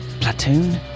platoon